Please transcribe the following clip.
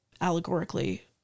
allegorically